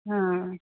आं